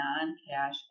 non-cash